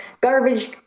garbage